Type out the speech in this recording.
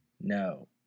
No